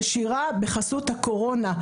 נשירה בחסות הקורונה.